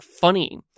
funny